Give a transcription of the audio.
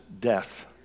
death